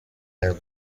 their